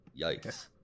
Yikes